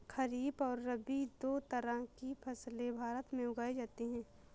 खरीप और रबी दो तरह की फैसले भारत में उगाई जाती है